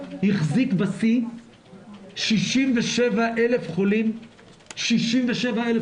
החזיק בשיא 67,000 חולים בבתים,